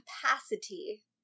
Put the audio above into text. capacity